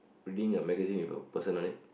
reading a magazine with a person on it